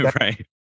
right